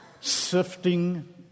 sifting